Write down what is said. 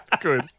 good